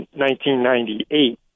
1998